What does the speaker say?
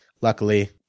luckily